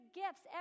gifts